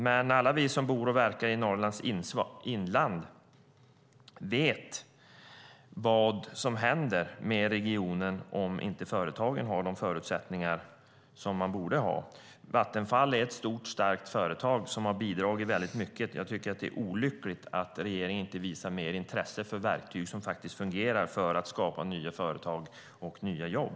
Men alla vi som bor och verkar i Norrlands inland vet vad som händer med regionen om företagen inte har de förutsättningar som de borde ha. Vattenfall är ett stort och starkt företag som har bidragit mycket, och jag tycker att det är olyckligt att regeringen inte visar mer intresse för verktyg som faktiskt fungerar för att skapa nya företag och nya jobb.